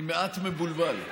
אני מעט מבולבל,